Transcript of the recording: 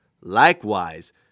Likewise